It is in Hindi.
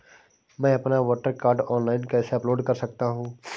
मैं अपना वोटर कार्ड ऑनलाइन कैसे अपलोड कर सकता हूँ?